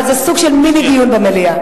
אבל זה סוג של מיני דיון במליאה.